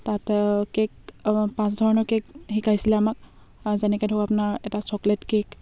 তাত কে'ক পাঁচ ধৰণৰ কে'ক শিকাইছিলে আমাক যেনেকৈ ধৰক আপোনাৰ এটা চকলেট কে'ক